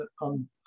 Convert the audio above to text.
on